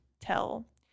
tell